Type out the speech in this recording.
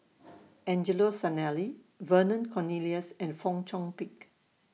Angelo Sanelli Vernon Cornelius and Fong Chong Pik